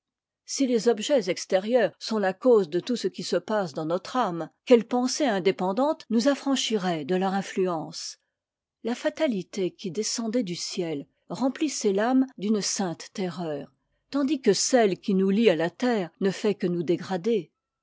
si les objets exté rieurs sont la cause de tout ce qui se passe dans notre âme quelle pensée indépendante nous affranchirait de leur influence la fatalité qui descendait du ciel remplissait l'âme d'une sainte terreur tandis que celle qui nous lie à la terre ne fait que nous dégrader